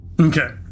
Okay